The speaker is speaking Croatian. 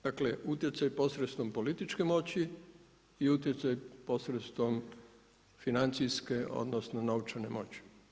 Dakle, utjecaj posredstvom političke moći i utjecaj posredstvom financijske odnosno novčane moći.